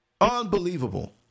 Unbelievable